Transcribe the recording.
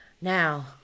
Now